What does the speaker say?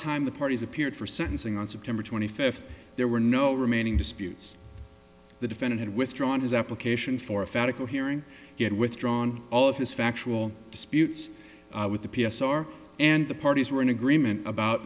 time the parties appeared for sentencing on september twenty fifth there were no remaining disputes the defendant had withdrawn his application for a federal hearing he had withdrawn all of his factual disputes with the p s r and the parties were in agreement about